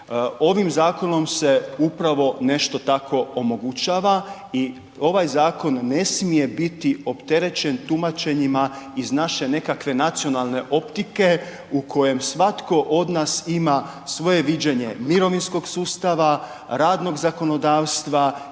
Ovim zakonom se upravo nešto tako omogućava i ovaj zakon ne smije biti opterećen tumačenjima iz naše nekakve nacionalne optike u kojem svatko od nas ima svoje viđenje mirovinskog sustava, radnog zakonodavstva